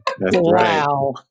Wow